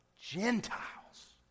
Gentiles